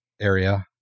Area